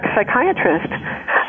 psychiatrist